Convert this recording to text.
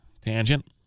Tangent